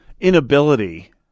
inability